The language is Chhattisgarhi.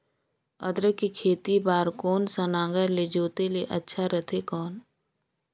अदरक के खेती बार कोन सा नागर ले जोते ले अच्छा रथे कौन?